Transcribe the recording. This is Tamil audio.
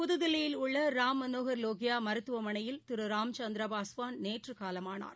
புதுதில்லியில் உள்ள ராம் மனோகர் லோகியா மருத்துவமனையில் திரு ராம்ச்ச்ந்நதிரா பாஸ்வான் நேற்று காலமானார்